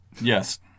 Yes